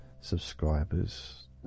subscribers